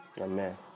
amen